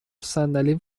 صندلیم